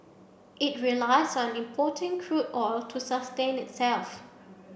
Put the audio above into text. it relies on importing crude oil to sustain itself